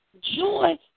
Joy